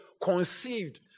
conceived